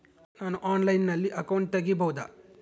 ನಾನು ಆನ್ಲೈನಲ್ಲಿ ಅಕೌಂಟ್ ತೆಗಿಬಹುದಾ?